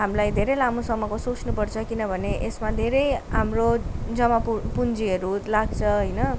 हामीलाई धेरै लामोसम्मको सोच्नुपर्छ किनभने यसमा धेरै हाम्रो जमा पु पुँजीहरू लाग्छ होइन